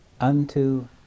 unto